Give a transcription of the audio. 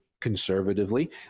Conservatively